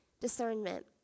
discernment